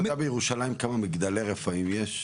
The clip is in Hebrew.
אתה יודע בירושלים כמה מגדלי רפאים יש.